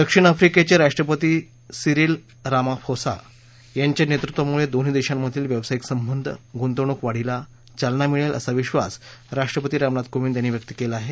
दक्षिण आफ्रीकेचे राष्ट्रपती सिरिल रामाफोसा यांच्या नेतृत्वामुळे दोन्ही देशांमधील व्यावसायिक संबंध गुंतवणूक वाढीस चालना मिळेल असा विश्वास राष्ट्रपती रामनाथ कोविंद यांनी व्यक्त केला आहे